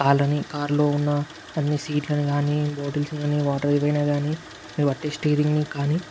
కాళ్ళని కార్లో ఉన్న అన్నీ సీట్లని కానీ బొటల్స్ కానీ వాటర్ అయిపోయిన కానీ మీరు పట్టె స్టీరింగ్ని కానీ